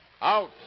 Out